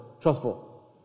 trustful